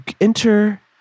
enter